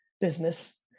business